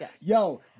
yo